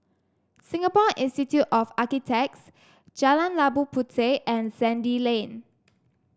Singapore Institute of Architects Jalan Labu Puteh and Sandy Lane